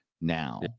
now